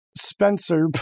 Spencer